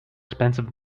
expensive